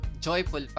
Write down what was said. Joyful